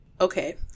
Okay